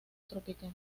tropical